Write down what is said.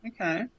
Okay